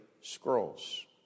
scrolls